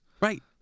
Right